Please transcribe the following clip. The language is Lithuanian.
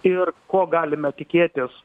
ir ko galime tikėtis